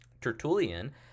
Tertullian